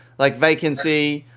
like vacancy,